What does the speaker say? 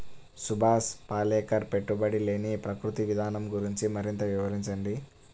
సుభాష్ పాలేకర్ పెట్టుబడి లేని ప్రకృతి విధానం గురించి మరింత వివరించండి